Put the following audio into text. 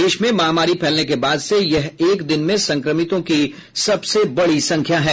देश में महामारी फैलने के बाद से यह एक दिन में संक्रमितों की सबसे बड़ी संख्या है